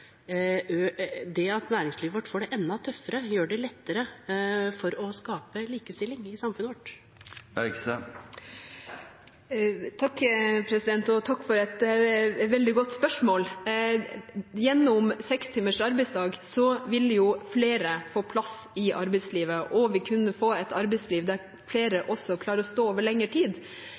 det at næringslivet vårt får det enda tøffere gjøre det lettere å skape likestilling i samfunnet vårt? Takk for et veldig godt spørsmål. Gjennom 6-timers arbeidsdag vil flere få plass i arbeidslivet, og vi kunne få et arbeidsliv der flere også klarer å stå i arbeid over lengre tid.